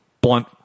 blunt